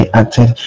acted